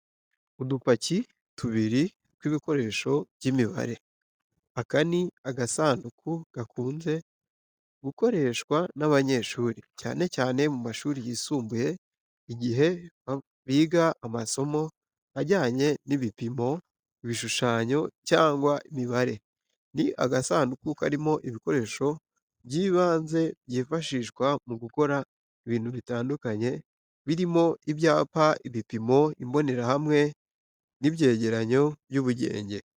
Udupaki tubiri tw’ibikoresho by’imibare, aka ni agasanduku gakunze gukoreshwa n’abanyeshuri, cyane cyane mu mashuri yisumbuye igihe biga amasomo ajyanye n'ibipimo, ibishushanyo, cyangwa imibare. Ni agasanduku karimo ibikoresho by’ibanze byifashishwa mu gukora ibintu bitandukanye birimo ibyapa, ibipimo, imbonerahamwe, n'ibyegeranyo by'ubugenge.